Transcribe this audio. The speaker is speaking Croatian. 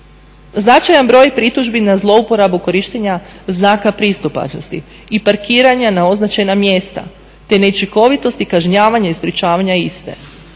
Značajan broj pritužbi na zlouporabu korištenja znaka pristupačnosti i parkiranja na označena mjesta te neučinkovitost i kažnjavanje i sprječavanja iste